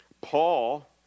Paul